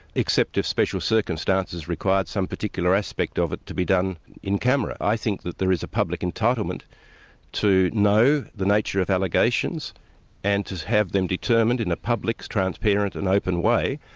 except if special circumstances required some particular aspect of it to be done in camera. i think there is a public entitlement to know the nature of allegations and to have them determined in a public, transparent and open way.